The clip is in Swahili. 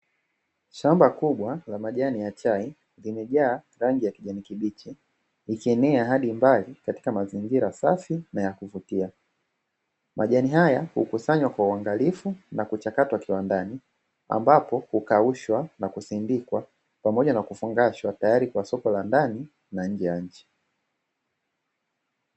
Shamba kubwa la majani ya chai, limejaa rangi ya kijani kibichi, likienea hadi mbali katika mazingira safi na ya kuvutia. Majani haya hukusanywa kwa uangalifu na kuchakatwa kiwandani, ambapo hukaushwa na kusindikwa pamoja na kufungashwa, tayari kwa soko la ndani na nje ya nchi.